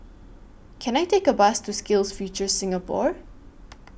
Can I Take A Bus to SkillsFuture Singapore